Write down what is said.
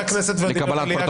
חבר הכנסת ולדימיר בליאק,